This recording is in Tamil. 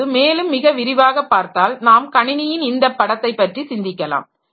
இப்போது மேலும் மிக விரிவாக பார்த்தால் நாம் கணினியின் இந்த படத்தை பற்றி சிந்திக்கலாம்